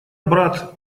брат